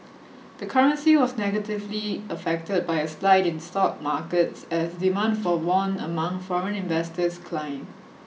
the currency was negatively affected by a slide in stock markets as demand for won among foreign investors declined